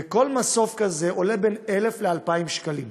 כל מסוף כזה עולה בין 1,000 ל-2,000 שקלים,